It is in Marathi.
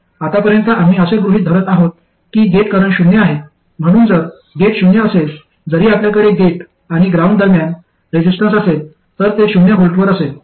आतापर्यंत आम्ही असे गृहीत धरत आहोत की गेट करंट शून्य आहे म्हणून जर गेट शून्य असेल जरी आपल्याकडे गेट आणि ग्राउंड दरम्यान रेजिस्टन्स असेल तर ते शून्य व्होल्टवर असेल